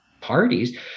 parties